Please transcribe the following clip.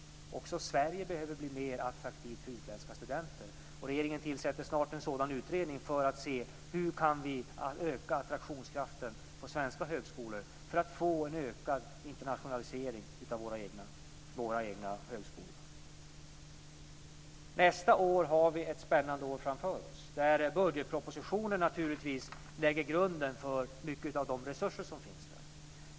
Också Sverige behöver bli mer attraktivt för utländska studenter. Regeringen tillsätter snart en utredning för att se hur vi kan öka attraktionskraften på svenska högskolor för att få en ökad internationalisering av våra egna högskolor. Nästa år är ett spännande år som vi har framför oss och där budgetpropositionen naturligtvis lägger grunden för mycket av de resurser som finns.